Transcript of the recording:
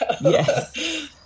Yes